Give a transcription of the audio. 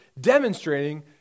demonstrating